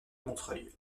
montreuil